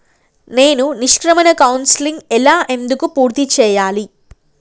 నేను నిష్క్రమణ కౌన్సెలింగ్ ఎలా ఎందుకు పూర్తి చేయాలి?